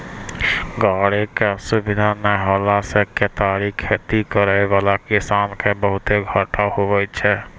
गाड़ी के सुविधा नै होला से केतारी खेती करै वाला किसान के बहुते घाटा हुवै छै